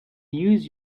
use